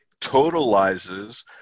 totalizes